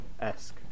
esque